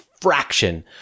fraction